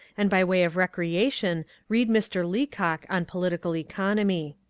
and by way of recreation read mr. leacock on political economy.